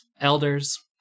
elders